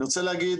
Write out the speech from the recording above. אני רוצה להגיד,